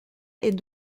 est